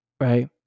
Right